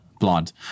Blonde